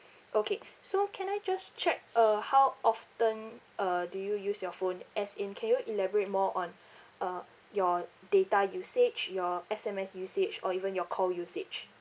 okay so can I just check uh how often uh do you use your phone as in can you elaborate more on uh your data usage your S_M_S usage or even your call usage